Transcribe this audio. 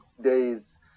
days